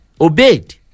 obeyed